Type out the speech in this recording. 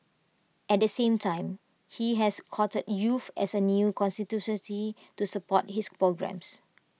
at the same time he has courted youth as A new constituency to support his programmes